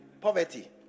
Poverty